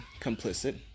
complicit